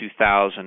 2000